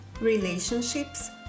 relationships